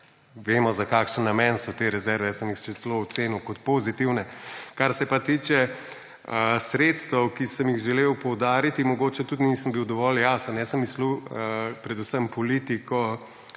Vemo, za kakšen namen so te rezerve. Jaz sem jih še celo ocenil kot pozitivne. Kar se pa tiče sredstev, ki sem jih želel poudariti, mogoče tudi nisem bil dovolj jasen. Jaz sem mislil predvsem na politiko